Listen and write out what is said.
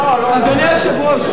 אדוני היושב-ראש,